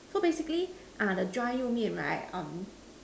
so basically the dry you mean right